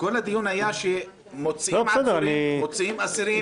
הדיון היה שמוציאים עצורים, מוציאים אסירים.